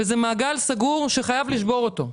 זה מעגל סגור שחייבים לשבור אותו.